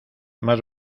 más